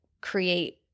create